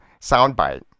soundbite